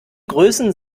größen